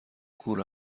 کور